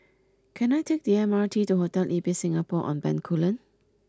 can I take the M R T to Hotel Ibis Singapore On Bencoolen